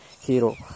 hero